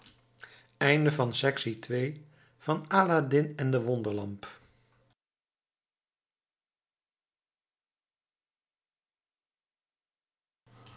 of aladdin en de wonderlamp